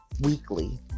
weekly